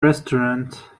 restaurant